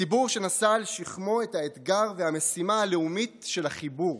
ציבור שנשא על שכמו את האתגר והמשימה הלאומיים של החיבור.